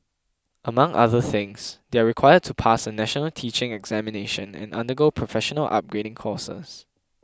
among other things they are required to pass a national teaching examination and undergo professional upgrading courses